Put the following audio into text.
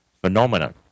phenomenon